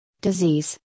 disease